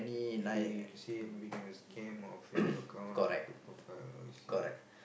maybe you can say maybe can be a scam or fake account or fake profile I'll see